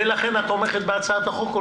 ולכן את תומכת בהצעת החוק?